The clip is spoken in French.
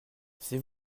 c’est